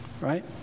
right